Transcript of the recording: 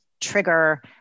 trigger